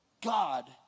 God